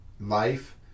life